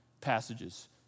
passages